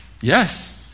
yes